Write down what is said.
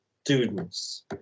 students